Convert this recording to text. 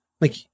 Like-